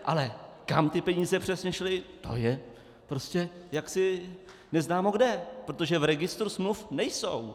Ale kam peníze přesně šly, to je jaksi neznámo kde, protože v registru smluv nejsou.